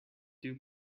dew